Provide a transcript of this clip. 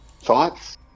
thoughts